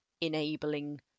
enabling